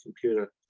computer